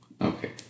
Okay